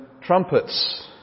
trumpets